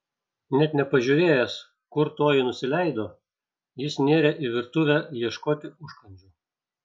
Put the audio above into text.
net nepažiūrėjęs kur toji nusileido jis nėrė į virtuvę ieškoti užkandžių